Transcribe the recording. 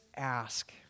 ask